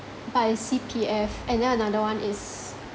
by C_P_F and then another one is